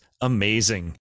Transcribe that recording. amazing